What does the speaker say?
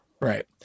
Right